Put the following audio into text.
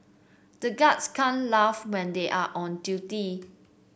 the guards can't laugh when they are on duty